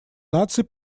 наций